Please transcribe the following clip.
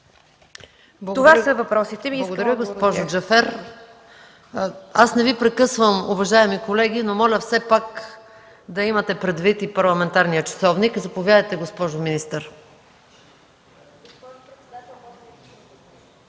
МАЯ МАНОЛОВА: Благодаря, госпожо Джафер. Аз не Ви прекъсвам, уважаеми колеги, но моля все пак да имате предвид и парламентарния часовник. Заповядайте, госпожо министър.